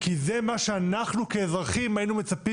כי זה מה שאנחנו כאזרחים היינו מצפים